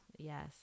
Yes